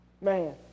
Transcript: Man